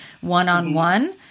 one-on-one